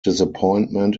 disappointment